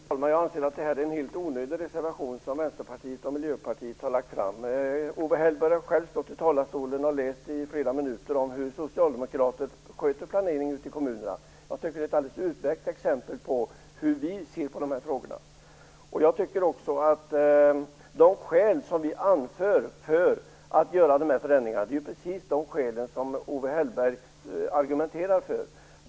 Fru talman! Jag anser att det är en helt onödig reservation som Vänsterpartiet och Miljöpartiet har lagt fram. Owe Hellberg har själv stått i talarstolen och läst i flera minuter om hur socialdemokrater sköter planeringen ute i kommunerna. Jag tycker det är ett alldeles utmärkt exempel på hur vi ser på de här frågorna. De skäl som vi anför för att göra dessa förändringar är precis samma skäl som Owe Hellberg argumenterar för.